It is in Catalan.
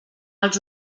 els